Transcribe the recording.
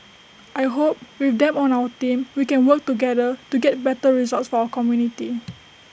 I hope with them on our team we can work together to get better results for our community